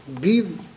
give